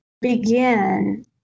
begin